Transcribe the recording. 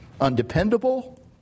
undependable